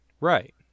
Right